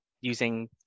using